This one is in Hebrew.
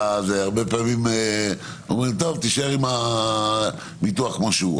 הרבה פעמים אומרים: תישאר עם הביטוח כמו שהוא.